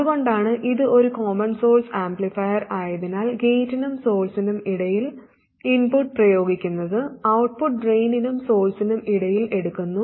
അതുകൊണ്ടാണ് ഇത് ഒരു കോമൺ സോഴ്സ് ആംപ്ലിഫയർ ആയതിനാൽ ഗേറ്റിനും സോഴ്സ്സിനും ഇടയിൽ ഇൻപുട്ട് പ്രയോഗിക്കുന്നത് ഔട്ട്പുട്ട് ഡ്രെയിനിനും സോഴ്സ്സിനും ഇടയിൽ എടുക്കുന്നു